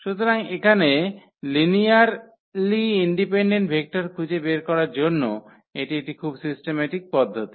সুতরাং এখানে linear independent vector খুঁজে বের করার জন্য এটি একটি খুব সিস্টেমেটিক পদ্ধতি